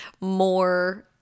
more